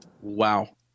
Wow